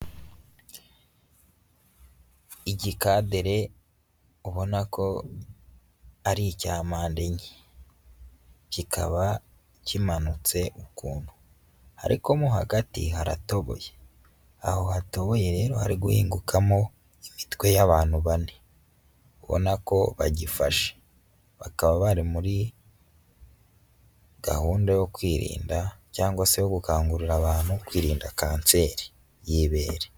Igikadere ubona ko ari icya mpande ennye, kikaba kimanitse ukuntu ariko mo hagati haratoboye, aho hatoboye rero hari guhingukamo imitwe y'abantu bane ubona ko bagifashe, bakaba bari muri gahunda yo kwirinda cyangwa se yo gukangurira abantu kwirinda kanseri y'ibere.